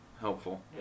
helpful